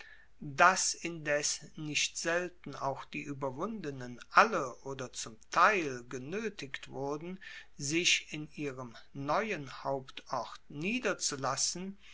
dass indes nicht selten auch die ueberwundenen alle oder zum teil genoetigt wurden sich in ihrem neuen hauptort niederzulassen